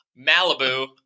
Malibu